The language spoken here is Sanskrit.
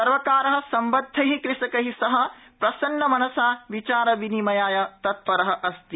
सर्वकारः सम्बद्धैः कृषकैः सह प्रसन्नमनसा विचार विनिमयाय तत्परः अस्ति